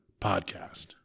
Podcast